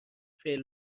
فعل